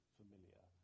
familiar